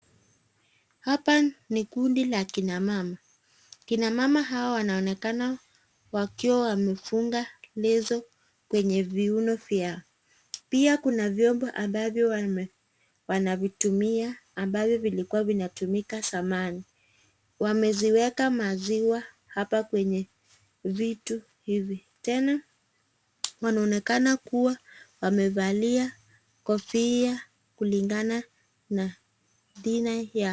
Hapa ni kundi la kina mama, kina mama hao wanaonekana wakiwa wamefunga leso kwenye viuno vyao pia kuna vyombo ambavyo amevitumia ambavyo zilkuwa zinatumika zamani, wameziweka maziwa hapa kwenye vitu hivi, tena wanaonekana kuwa wamevalia kofia kulingana na mila yao.